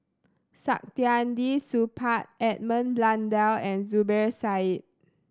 Saktiandi Supaat Edmund Blundell and Zubir Said